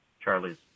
Charlie's